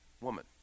woman